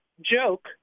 joke